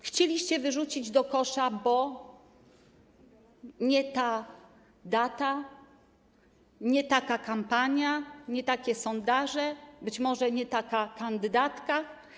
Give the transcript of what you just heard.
Chcieliście wyrzucić do kosza, bo nie ta data, nie taka kampania, nie takie sondaże, być może nie taka kandydatka.